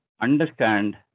Understand